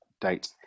date